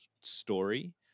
story